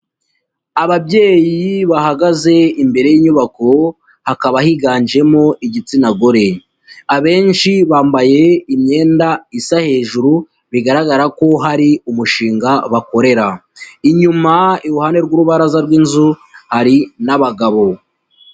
Ababyeyi bahagaze imbere y'inyubako, hakaba higanjemo igitsina gore, abenshi bambaye imyenda isa hejuru, bigaragara ko hari umushinga bakorera, inyuma iruhande rw'urubaraza rw'inzu hari n'abagabo.